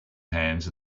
hands